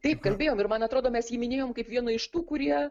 taip kalbėjom ir man atrodo mes jį minėjom kaip vieną iš tų kurie